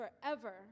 forever